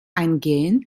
eingehen